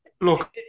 Look